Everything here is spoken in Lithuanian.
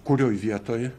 kurioj vietoj